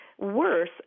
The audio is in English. worse